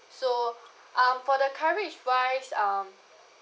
so um for the coverage wise um